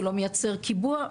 זה לא מייצר קיבוע,